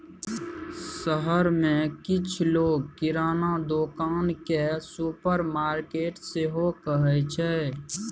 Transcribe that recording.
शहर मे किछ लोक किराना दोकान केँ सुपरमार्केट सेहो कहै छै